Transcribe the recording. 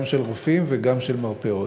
גם של רופאים וגם של מרפאות.